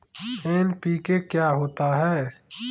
NPK क्या होता है?